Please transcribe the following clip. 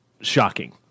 shocking